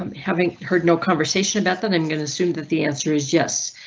um having heard no conversation about that, i'm going to assume that the answer is yes,